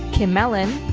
kim mellon,